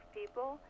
people